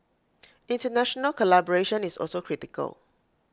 International collaboration is also critical